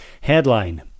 headline